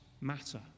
matter